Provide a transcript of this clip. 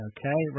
Okay